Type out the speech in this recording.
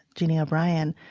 jeannie o'brien,